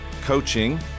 coaching